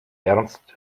ernst